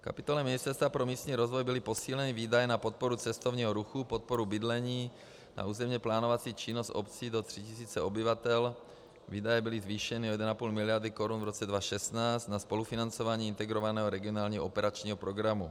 V kapitole Ministerstva pro místní rozvoj byly posíleny výdaje na podporu cestovního ruchu, podporu bydlení, na územně plánovací činnost obcí do 3 tisíc obyvatel, výdaje byly zvýšeny o 1,5 miliardy korun v roce 2016 na spolufinancování integrovaného regionálního operačního programu.